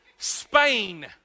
Spain